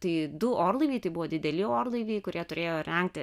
tai du orlaiviai tai buvo dideli orlaiviai kurie turėjo rengti